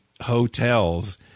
hotels